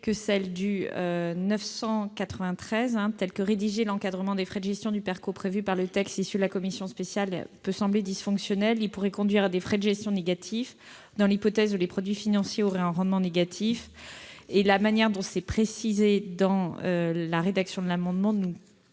l'amendement n° 993. Tel que rédigé, l'encadrement des frais de gestion du PERCO prévu par le texte issu de la commission spéciale peut sembler dysfonctionnel. Il pourrait conduire à des frais de gestion négatifs dans l'hypothèse où les produits financiers auraient un rendement négatif. La rédaction de l'amendement n°